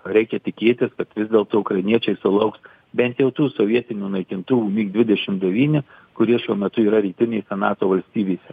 reikia tikėtis kad vis dėlto ukrainiečiai sulauks bent jau tų sovietinių naikintuvų mik dvidešim devyni kurie šiuo metu yra rytinėj nato valstybėse